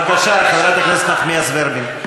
בבקשה, חברת הכנסת נחמיאס ורבין.